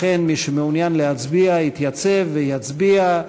לכן, מי שמעוניין להצביע, יתייצב ויצביע.